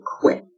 quit